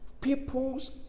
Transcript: people's